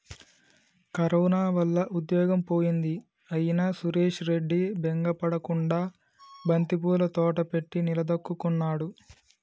corona వల్ల ఉద్యోగం పోయింది అయినా సురేష్ రెడ్డి బెంగ పడకుండా బంతిపూల తోట పెట్టి నిలదొక్కుకున్నాడు